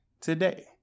today